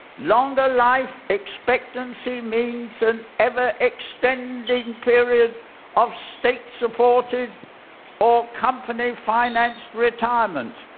longer life expectancy means an ever-extending period of state-supported or company-financed retirement,